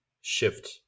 shift